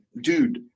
dude